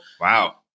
Wow